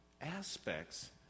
aspects